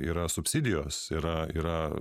yra subsidijos yra yra